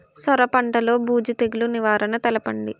సొర పంటలో బూజు తెగులు నివారణ తెలపండి?